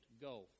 go